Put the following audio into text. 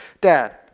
Dad